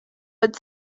but